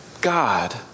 God